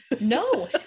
No